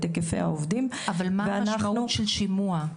היקפי העובדים --- אבל מה היא המשמעות של שימוע?